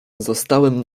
zostałem